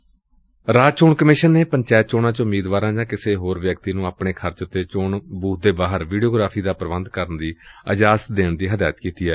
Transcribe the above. ਪੰਜਾਬ ਰਾਜ ਚੋਣ ਕਮਿਸ਼ਨ ਨੇ ਪੰਚਾਇਤ ਚੋਣਾਂ ਵਿੱਚ ਉਮੀਦਵਾਰਾਂ ਜਾਂ ਹੋਰ ਕਿਸੇ ਵੀ ਵਿਅਕਤੀ ਨੁੰ ਆਪਣੇ ਖ਼ਰਚ ਉਤੇ ਚੋਣ ਬੁਥ ਦੇ ਬਾਹਰ ਵੀਡੀਓਗ੍ਰਾਫ਼ੀ ਦਾ ਪ੍ਰਬੰਧ ਕਰਨ ਦੀ ਇਜਾਜ਼ਤ ਦੇਣ ਦੀ ਹਦਾਇਤ ਕੀਤੀ ਏ